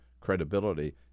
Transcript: credibility